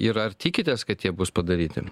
ir ar tikitės kad jie bus padaryti